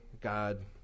God